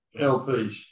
LPs